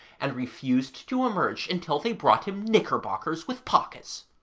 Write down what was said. and refused to emerge until they brought him knickerbockers with pockets.